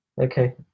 Okay